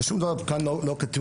ושום דבר כאן לא כתוב.